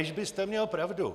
Kéž byste měl pravdu.